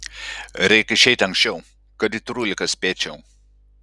reik išeit anksčiau kad į trūliką spėčiau